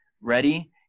ready